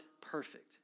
perfect